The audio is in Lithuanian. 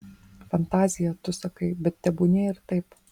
fantazija tu sakai bet tebūnie ir taip